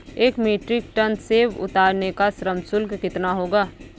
एक metric tonne सेव उतारने का श्रम शुल्क कितना होगा?